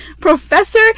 Professor